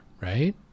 right